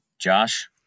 Josh